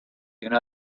can